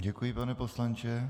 Děkuji, pane poslanče.